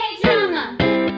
drama